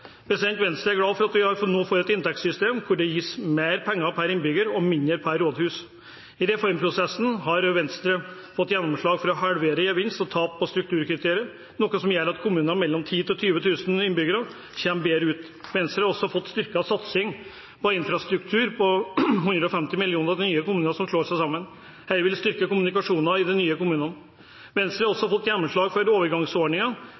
Venstre er glad for at vi nå får et inntektssystem hvor det gis mer penger per innbygger og mindre per rådhus. I reformprosessen har Venstre fått gjennomslag for å halvere gevinst og tap på strukturkriteriet, noe som gjør at kommuner mellom 10 000 og 20 000 innbyggere kommer bedre ut. Venstre har også fått styrket satsing på infrastruktur på 150 mill. kr til nye kommuner som slår seg sammen. Det vil styrke kommunikasjonen i de nye kommunene. Venstre har